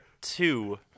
two